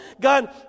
God